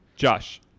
Josh